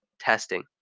testing